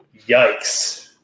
Yikes